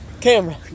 camera